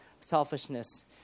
selfishness